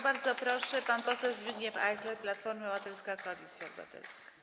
Bardzo proszę, pan poseł Zbigniew Ajchler, Platforma Obywatelska - Koalicja Obywatelska.